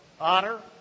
honor